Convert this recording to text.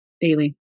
Daily